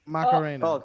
Macarena